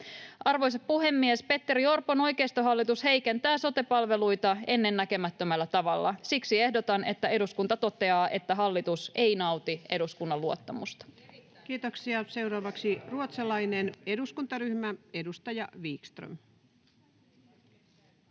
Arvoisa puhemies! ”Petteri Orpon oikeistohallitus heikentää sote-palveluita ennennäkemättömällä tavalla. Siksi ehdotan, että eduskunta toteaa, että hallitus ei nauti eduskunnan luottamusta.” [Speech 24] Speaker: Ensimmäinen varapuhemies Paula Risikko